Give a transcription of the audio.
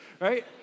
right